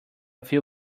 few